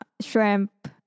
shrimp